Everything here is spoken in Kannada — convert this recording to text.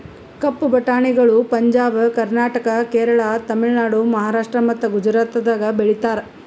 ಕಪ್ಪು ಬಟಾಣಿಗಳು ಪಂಜಾಬ್, ಕರ್ನಾಟಕ, ಕೇರಳ, ತಮಿಳುನಾಡು, ಮಹಾರಾಷ್ಟ್ರ ಮತ್ತ ಗುಜರಾತದಾಗ್ ಬೆಳೀತಾರ